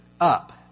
up